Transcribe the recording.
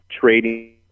trading